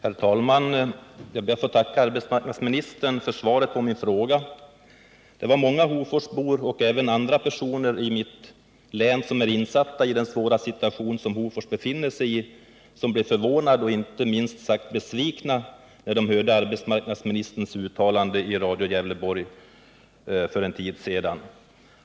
Herr talman! Jag ber att få tacka arbetsmarknadsministern för svaret på min fråga. Det var många Hoforsbor och även andra personer i mitt län, som är insatta iden svåra situation Hofors befinner sig i, som blev förvånade och minst sagt besvikna när de hörde arbetsmarknadsministerns uttalande i Radio Gävleborg för en tid sedan.